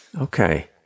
Okay